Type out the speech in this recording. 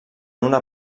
una